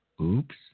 Oops